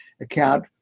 account